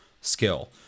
skill